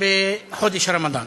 בחודש הרמדאן.